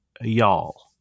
y'all